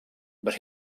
but